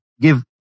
give